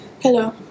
Hello